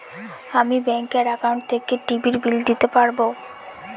আমি ব্যাঙ্কের একাউন্ট থেকে টিভির বিল দিতে পারবো